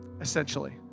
essentially